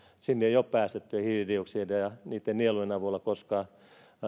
sinne jo päästettyjä hiilidioksideja niitten nielujen avulla koska